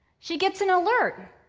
she gets an alert.